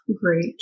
great